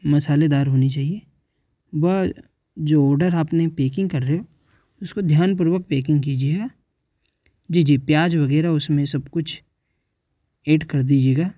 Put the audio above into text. मसालेदार होनी चाहिए वह जो ओर्डर आपने पेकिंग कर रहे हो उसको ध्यानपूर्वक पेकिंग कीजिएगा जी जी प्याज़ वगैरह उसमें सब कुछ एड कर दीजिएगा